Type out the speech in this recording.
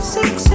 Six